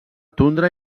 tundra